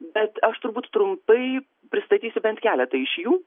bet aš turbūt trumpai pristatysiu bent keletą iš jų